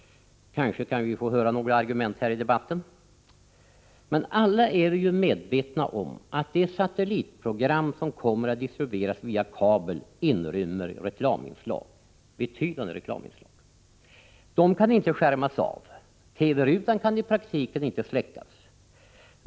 Kanske kan vi få höra några argument här i debatten. Alla är vi ju medvetna om att de satellitprogram som kommer att distribueras via kabel inrymmer en betydande del reklaminslag. De kan inte skärmas av. TV-rutan kan i praktiken inte släckas.